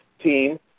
team